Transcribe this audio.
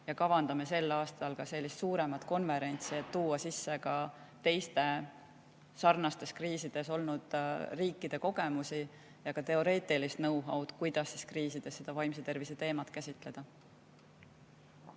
ja kavandame sel aastal ka suuremat konverentsi, et tutvustada teiste sarnastes kriisides olnud riikide kogemusi ja teoreetilist nõu, kuidas kriisides vaimse tervise teemat käsitleda.